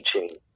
teaching